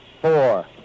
four